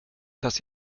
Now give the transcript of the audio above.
dass